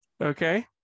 Okay